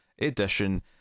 edition